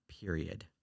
period